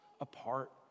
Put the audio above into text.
apart